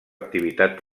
activitat